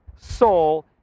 soul